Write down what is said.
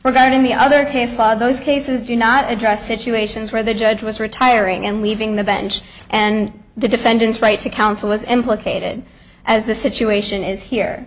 going in the other case law those cases do not address situations where the judge was retiring and leaving the bench and the defendant's right to counsel is implicated as the situation is here